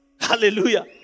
Hallelujah